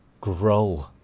grow